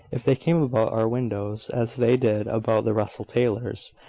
if they came about our windows as they did about the russell taylors',